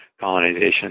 colonization